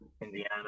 Indiana